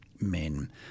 men